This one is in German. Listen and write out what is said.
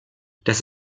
das